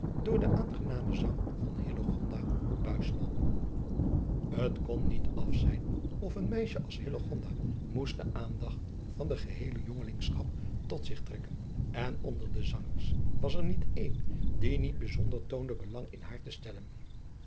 door den aangenamen zang van hillegonda buisman t kon niet afzijn of een meisje als hillegonda moest de aandacht van de geheele jonglingschap tot zich trekken en onder de zangers was er niet een die niet bijzonder toonde belang in haar te stellen